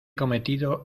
cometido